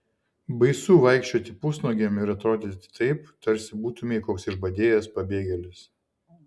baisu vaikščioti pusnuogiam ir atrodyti taip tarsi būtumei koks išbadėjęs pabėgėlis